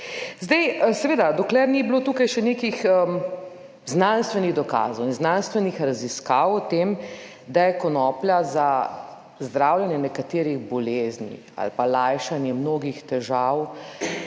Zdaj, seveda, dokler ni bilo tukaj še nekih znanstvenih dokazov in znanstvenih raziskav o tem, da je konoplja za zdravljenje nekaterih bolezni ali pa lajšanje mnogih težav,